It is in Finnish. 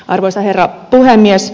arvoisa herra puhemies